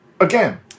again